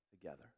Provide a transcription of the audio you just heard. together